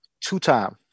two-time